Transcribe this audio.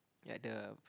at the